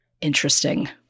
interesting